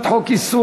38 בעד, אין